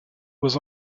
was